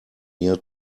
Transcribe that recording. near